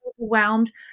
overwhelmed